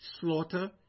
slaughter